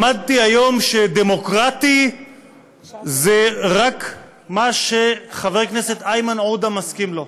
למדתי היום שדמוקרטי זה רק מה שחבר הכנסת איימן עודה מסכים לו.